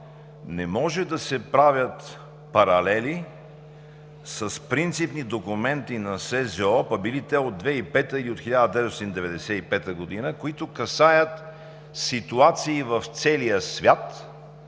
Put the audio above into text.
Не може да се правят паралели с принципни документи на СЗО, пък били те и от 2005 г. или от 1995 г., които касаят ситуации в целия свят.